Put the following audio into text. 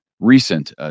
recent